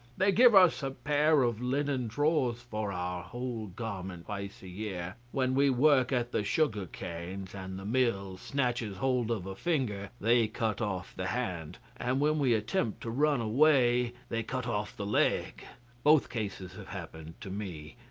they give us a pair of linen drawers for our whole garment twice a year. when we work at the sugar-canes, and the mill snatches hold of a finger, they cut off the hand and when we attempt to run away, they cut off the leg both cases have happened to me.